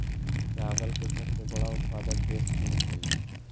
चावल के सबसे बड़ा उत्पादक देश चीन हइ